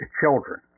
children